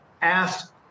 asked